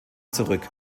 zurück